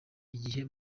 igihe